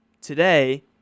today